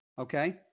okay